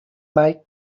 mai